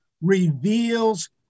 reveals